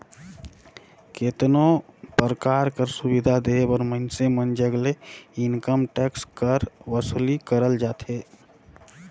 केतनो परकार कर सुबिधा देहे बर मइनसे मन जग ले इनकम टेक्स कर बसूली करल जाथे